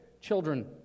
children